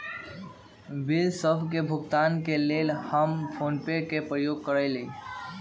bill सभ के भुगतान के लेल हम फोनपे के प्रयोग करइले